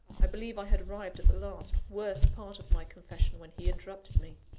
i believe i had arrived at the last, worst part of my confession, when he interrupted me.